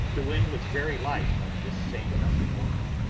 the wind was very light on this same monday morning,